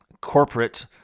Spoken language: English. corporate